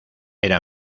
era